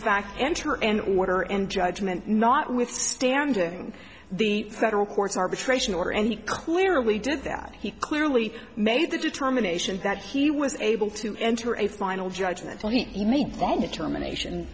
fact enter an order and judgment notwithstanding the federal courts arbitration or and he clearly did that he clearly made the determination that he was able to enter a final judgment when he made one determination